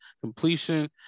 completion